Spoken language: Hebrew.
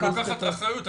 לוקחת אחריות.